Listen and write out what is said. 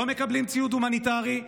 לא מקבלים ציוד הומניטרי,